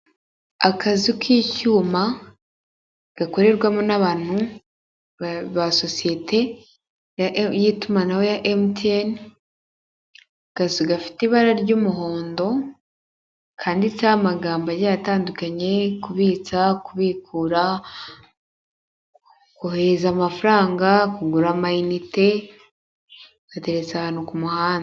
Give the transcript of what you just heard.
Akazu k'icyuma gakorerwamo n'abantu ba sosiyete y'itumanaho ya MTN,akazu gafite ibara ry'umuhondo, kanditseho amagambo agiye atandukanye, kubitsa, kubikura, kohereza amafaranga, kugura amayinite, gateretse ahantu ku muhanda.